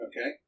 Okay